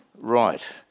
Right